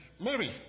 Mary